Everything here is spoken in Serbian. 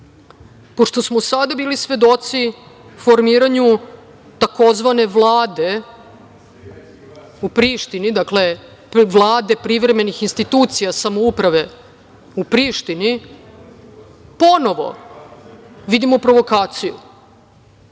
pošto smo sada bili svedoci formiranju tzv. vlade u Prištini, dakle vlade privremenih institucija samouprave u Prištini, ponovo vidimo provokaciju.